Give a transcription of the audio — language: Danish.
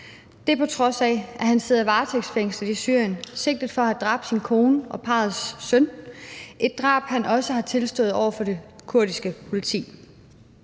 på trods af at han sidder varetægtsfængslet i Syrien sigtet for at have dræbt sin kone og parrets søn – drab, han også har tilstået over for det kurdiske politi.